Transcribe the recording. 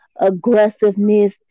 aggressiveness